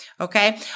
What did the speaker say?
Okay